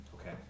Okay